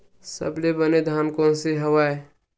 सबले बने धान कोन से हवय?